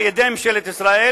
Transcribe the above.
על-ידי ממשלת ישראל